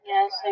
Yes